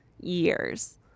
years